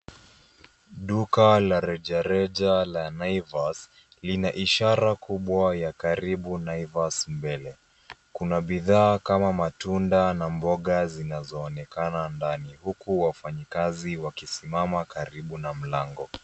Duka la rejareja la naivas, lina ishara kubwa ya karibu naivas mbele. kuna bidhaa kama matunda na mboga zinazoonekana ndani. Huku wafanyikazi wakisimama karibu na mlango.